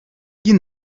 jien